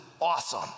awesome